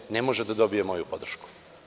Niko ne može da dobije moju podršku.